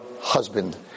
husband